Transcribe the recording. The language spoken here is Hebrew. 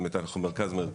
זאת אומרת, אנחנו מרכז מחקר.